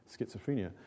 schizophrenia